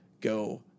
go